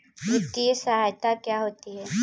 वित्तीय सहायता क्या होती है?